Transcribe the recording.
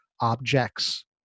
objects